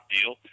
deal